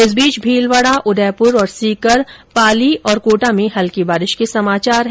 इस बीच भीलवाडा उदयपुर और सीकर पाली और कोटा में हल्की बारिश के समाचार हैं